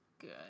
good